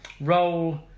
roll